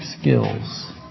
skills